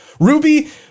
Ruby